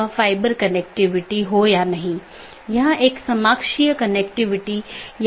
BGP का विकास routing सूचनाओं को एकत्र करने और संक्षेपित करने के लिए हुआ है